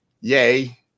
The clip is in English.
Yay